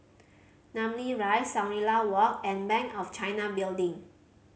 Namly Rise Shangri La Walk and Bank of China Building